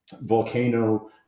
volcano